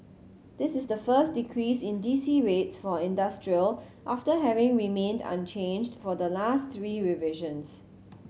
this is the first decrease in D C rates for industrial after having remained unchanged for the last three revisions